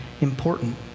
important